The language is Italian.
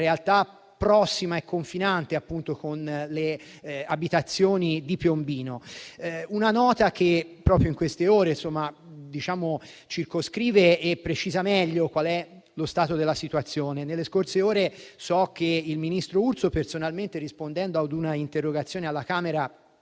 realtà prossima e confinante con le abitazioni di Piombino. Aggiungo una nota che proprio in queste ore circoscrive e precisa meglio qual è lo stato della situazione. Nelle scorse ore il ministro Urso personalmente, rispondendo ad una interrogazione alla Camera,